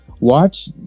watch